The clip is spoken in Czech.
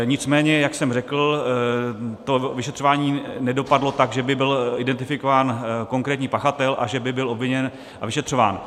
Nicméně jak jsem řekl, to vyšetřování nedopadlo tak, že by byl identifikován konkrétní pachatel a že by byl obviněn a vyšetřován.